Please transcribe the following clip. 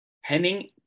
Henning